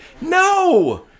no